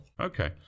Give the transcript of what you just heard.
Okay